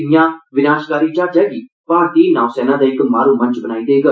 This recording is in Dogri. इयां विनाशकारी जहाजै गी भारती नौसैना दा इक मारू मंच बनाई देग